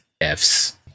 Fs